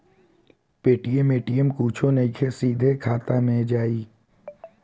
Paytm ATM कुछो नइखे, सीधे खाता मे जाई